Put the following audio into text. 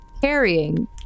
carrying